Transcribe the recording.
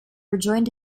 rejoined